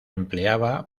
empleaba